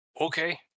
Okay